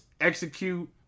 execute